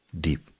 deep